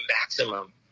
maximum